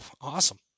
awesome